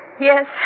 Yes